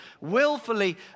willfully